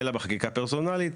אלא בחקיקה פרסונלית,